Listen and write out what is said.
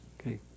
okay